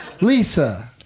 Lisa